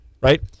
Right